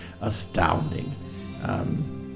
astounding